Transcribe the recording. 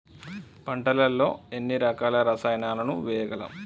పంటలలో ఎన్ని రకాల రసాయనాలను వేయగలము?